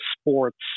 sports